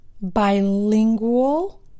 bilingual